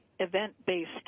Event-based